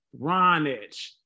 Ronich